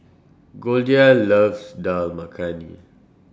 Goldia loves Dal Makhani